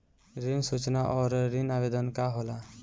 ऋण सूचना और ऋण आवेदन का होला?